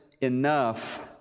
enough